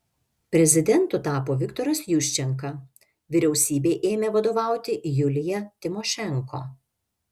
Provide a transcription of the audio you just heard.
prezidentu tapo viktoras juščenka vyriausybei ėmė vadovauti julija timošenko